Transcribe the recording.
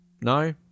No